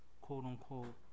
quote-unquote